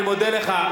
אני מודה לך.